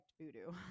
voodoo